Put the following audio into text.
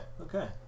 okay